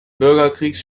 bürgerkrieges